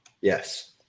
Yes